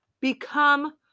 Become